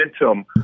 momentum